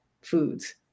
foods